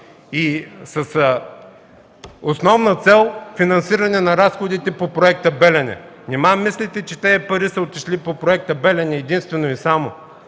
с основна цел финансиране на разходите по проекта „Белене”. Нима мислите, че тези пари са отишли единствено и само